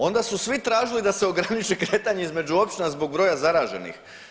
Onda su svi tražili da se ograniči kretanje između općina zbog broja zaraženih.